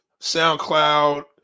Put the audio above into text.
SoundCloud